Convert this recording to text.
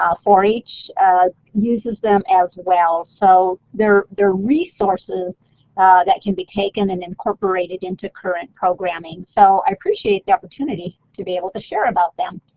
ah four h uses them as well so they're they're resources that can be taken and incorporated into current programming, so i appreciate the opportunity to be able to share about them.